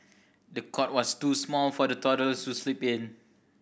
the cot was too small for the toddler to sleep in